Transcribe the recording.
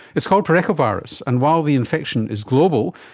it's called parechovirus, and while the infection is global,